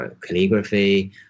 calligraphy